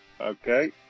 Okay